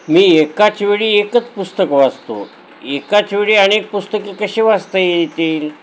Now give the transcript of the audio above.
मी एकाचवेळी एकच पुस्तक वाचतो एकाच वेळी अनेक पुस्तके कशी वाचता येतील